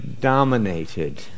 dominated